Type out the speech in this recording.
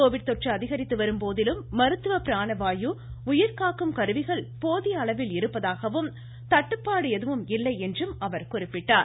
Covid தொற்று அதிகரித்து வரும்போதிலும் மருத்துவ பிராண வாயு உயிர்காக்கும் கருவிகள் போதிய அளவில் இருப்பதாகவும் தட்டுப்பாடு எதுவும் இல்லை என்றும் அவர் குறிப்பிட்டார்